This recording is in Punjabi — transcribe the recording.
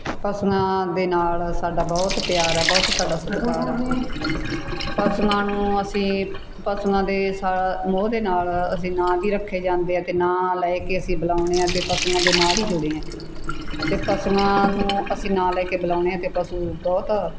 ਪਸ਼ੂਆਂ ਦੇ ਨਾਲ ਸਾਡਾ ਬਹੁਤ ਪਿਆਰ ਹੈ ਬਹੁਤ ਸਾਡਾ ਸਤਿਕਾਰ ਹੈ ਪਸ਼ੂਆਂ ਨੂੰ ਅਸੀਂ ਪਸ਼ੂਆਂ ਦੇ ਸਾ ਮੋਹ ਦੇ ਨਾਲ ਅਸੀਂ ਨਾਂ ਵੀ ਰੱਖੇ ਜਾਂਦੇ ਆ ਅਤੇ ਨਾਂ ਲੈ ਕੇ ਅਸੀਂ ਬੁਲਾਉਂਦੇ ਆ ਤੇ ਪਸ਼ੂਆਂ ਦੇ ਨਾਲ ਹੀ ਜੁੜੇ ਹਾਂ ਅਤੇ ਪਸ਼ੂਆਂ ਨੂੰ ਅਸੀਂ ਨਾਂ ਲੈ ਕੇ ਬੁਲਾਉਂਦੇ ਹਾਂ ਅਤੇ ਪਸ਼ੂ ਬਹੁਤ